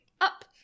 up